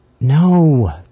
no